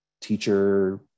teacher